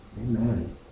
amen